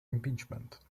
impeachment